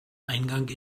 eingang